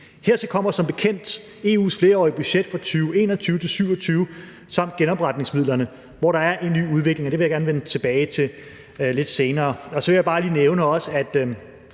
Hertil kommer som bekendt EU's flerårige budget for 2021-2027 samt genopretningsmidlerne, hvor der er en ny udvikling. Det vil jeg gerne vende tilbage til lidt senere. Så vil jeg bare lige nævne, som